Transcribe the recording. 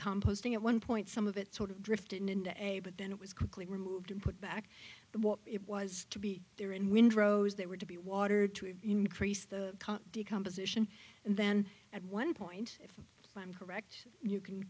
composting at one point some of it sort of drifted into a but then it was quickly removed and put back what it was to be there in windrows that were to be watered to have increased the decomposition and then at one point if i'm correct you can